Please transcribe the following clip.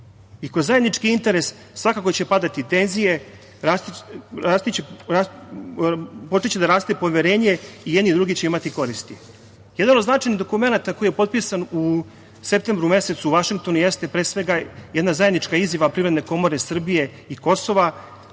i kroz zajednički interes svakako će padati tenzije, počeće da raste poverenje i jedni i drugi će imati koristi. Jedan od značajnih dokumenata koji je potpisan u septembru mesecu u Vašingtonu jeste pre svega jedna zajednička izjava Privredne komore Srbije i Kosova